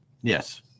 Yes